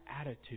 attitude